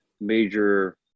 major